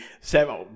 seven